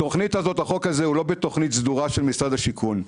החוק הזה הוא לא בתוכנית סדורה של משרד השיכון.